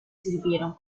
sirvieron